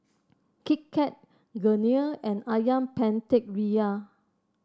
Kit Kat Garnier and ayam Penyet Ria